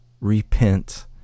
repent